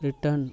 return